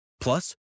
plus